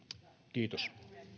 kiitos